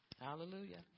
hallelujah